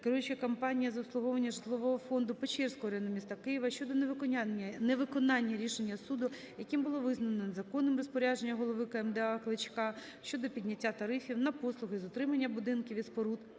"Керуюча компанія з обслуговування житлового фонду Печерського району міста Києва" щодо невиконання рішення суду, яким було визнано незаконним розпорядження Голови КМДА Кличка щодо підняття тарифів на послуги з утримання будинків і споруд